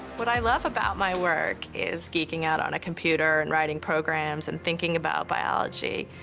but i love about my work is geeking out on a computer, and writing programs and thinking about biology.